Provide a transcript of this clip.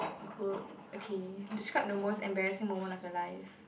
good okay describe the most embarrassing moment of your life